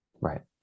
Right